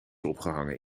opgehangen